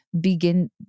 begin